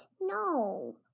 No